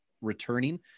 returning